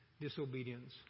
disobedience